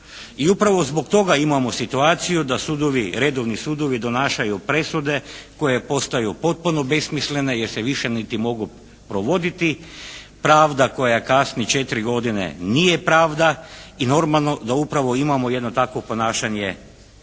I upravo zbog toga imamo situaciju da sudovi, redovni sudovi donašaju presude koje postaje potpuno besmislene jer se više niti mogu provoditi, pravda koja kasni 4 godine nije pravda i normalno da upravo imamo jedno takvo ponašanje